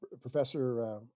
Professor